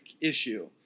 issue